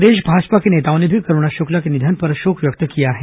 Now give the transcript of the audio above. प्रदेश भाजपा के नेताओं ने भी करूणा शुक्ला के निधन पर शोक व्यक्त किया है